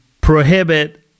prohibit